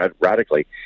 radically